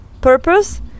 purpose